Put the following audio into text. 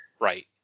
Right